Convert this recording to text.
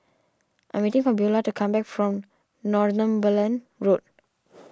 I'm waiting for Beula to come back from Northumberland Road